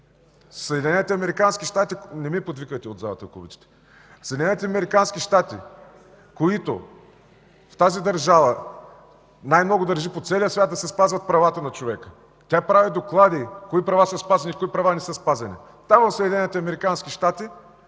Съединените американски щати – държавата, която най-много държи по целия свят да се спазват правата на човека, прави доклади кои права са спазени и кои не са спазени. Там, в Съединените американски щати